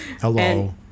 hello